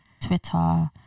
Twitter